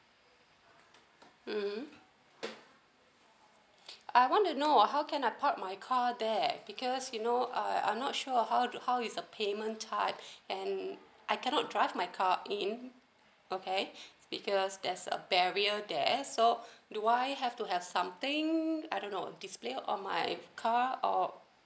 hmm I want to know how can I park my car there because you know uh I I'm not sure how do how is the payment type and I cannot drive my car in okay because there's a barrier there so do I have to have something I don't know display on my car or